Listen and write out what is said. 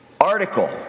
article